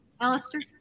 Alistair